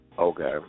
Okay